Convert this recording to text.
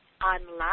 unlock